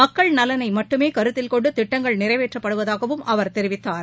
மக்கள் நலனைமட்டுமேகருத்தில் கொண்டுதிட்டங்கள் நிறைவேற்றப்படுவதாகவும் அவர் தெரிவித்தார்